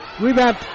Rebound